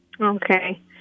Okay